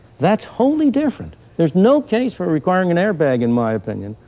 that's wholly different. there's no case for requiring an airbag in my opinion,